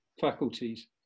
faculties